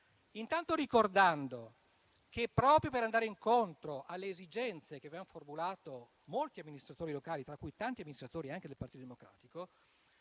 da qui, ricordando che, proprio per andare incontro alle esigenze che hanno formulato molti amministratori locali, tra cui tanti del Partito Democratico,